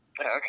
Okay